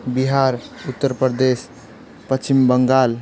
Bihar Uttar Pradesh Paschim Bengal